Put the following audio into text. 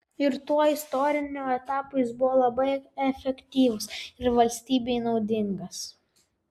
ir tuo istoriniu etapu jis buvo labai efektyvus ir valstybei naudingas